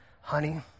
honey